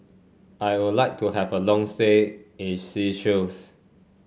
I would like to have a long stay in Seychelles